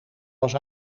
was